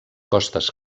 costes